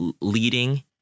leading